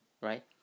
right